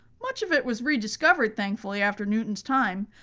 much of it was rediscovered, thankfully, after newton's time,